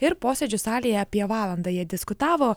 ir posėdžių salėje apie valandą jie diskutavo